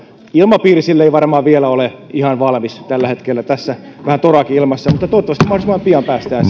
ilmapiiri sille ei varmaan vielä ole ihan valmis tällä hetkellä tässä on vähän toraakin ilmassa mutta toivottavasti mahdollisimman pian päästään